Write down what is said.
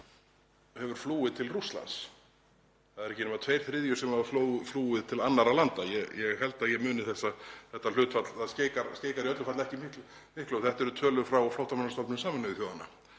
flúið til Rússlands. Það eru ekki nema tveir þriðju sem hafa flúið til annarra landa. Ég held að ég muni þetta hlutfall og það skeikar í öllu falli ekki miklu. Þetta eru tölur frá Flóttamannastofnun Sameinuðu þjóðanna